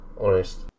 honest